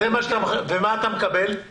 ומה אתה מקבל?